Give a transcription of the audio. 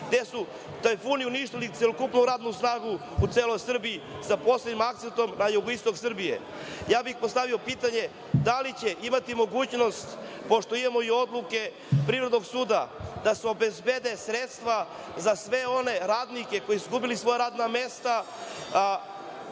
gde su tajkuni uništili celokupnu radnu snagu u celoj Srbiji, sa posebnim akcentom na jugoistok Srbije. Postavio bih pitanje da li će imati mogućnost, pošto imamo i odluke Privrednog suda, da se obezbede sredstva za sve one radnike koji su izgubili svoja radna mesta,